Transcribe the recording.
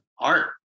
art